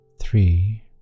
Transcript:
three